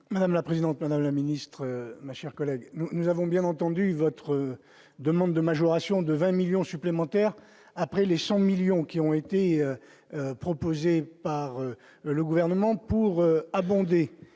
Madame la présidente, madame la ministre, ma chère collègue, nous avons bien entendu votre demande de majoration de 20 millions supplémentaires après les 100 millions qui ont été proposées par le gouvernement pour abonder